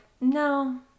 no